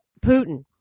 Putin